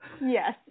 Yes